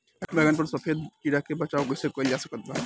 बैगन पर सफेद कीड़ा से कैसे बचाव कैल जा सकत बा?